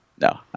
No